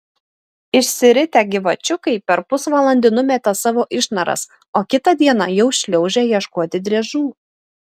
išsiritę gyvačiukai per pusvalandį numeta savo išnaras o kitą dieną jau šliaužia ieškoti driežų